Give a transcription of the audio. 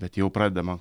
bet jau pradedama